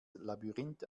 labyrinth